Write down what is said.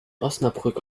osnabrück